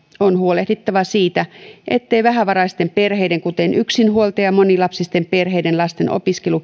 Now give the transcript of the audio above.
on huolehdittava siitä ettei vähävaraisten perheiden kuten yksinhuoltaja ja monilapsisten perheiden lasten opiskelu